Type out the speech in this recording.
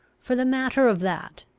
for the matter of that,